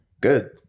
good